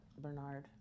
Bernard